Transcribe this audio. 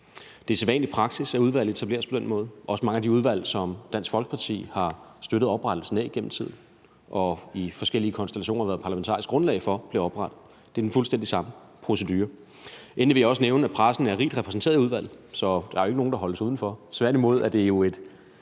Det er sædvanlig praksis, at udvalg etableres på den måde. Også mange af de udvalg, som Dansk Folkeparti har støttet oprettelsen af gennem tiden og i forskellige konstellationer været parlamentarisk grundlag for, blev oprettet efter den fuldstændig samme procedure. Endelig vil jeg også nævne, at pressen er rigt repræsenteret i udvalget. Så der er jo ikke nogen, der holdes udenfor. Tværtimod er det jo et,